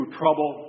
trouble